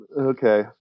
Okay